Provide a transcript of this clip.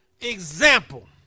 example